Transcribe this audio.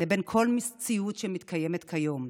לבין כל מציאות שמתקיימת כיום.